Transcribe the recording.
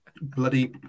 bloody